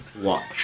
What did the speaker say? watch